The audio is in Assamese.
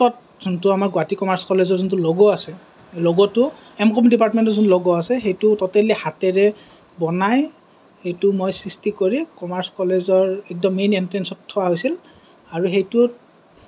লাষ্টত যোনটো আমাৰ গুৱাহাটী কমাৰ্চ কলেজৰ যোনটো লগ' আছে লগ'টো এম কম ডিপাৰ্টমেন্টৰ যোনটো লগ' আছে সেইটো ট'টেলি হাতেৰে বনাই সেইটো মই সৃষ্টি কৰি কমাৰ্চ কলেজৰ একদম মেইন এন্ট্ৰেঞ্চত থোৱা হৈছিল আৰু সেইটোত